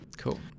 Cool